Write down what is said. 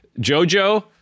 Jojo